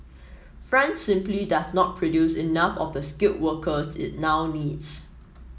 France simply does not produce enough of the skilled workers it now needs